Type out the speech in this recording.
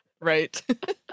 Right